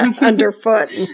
underfoot